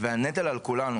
והנטל על כולנו.